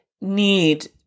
need